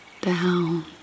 down